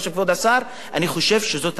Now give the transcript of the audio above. אני חושב שזאת היתה שגיאה.